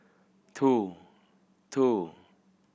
two two